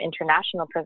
international